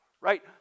right